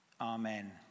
Amen